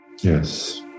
Yes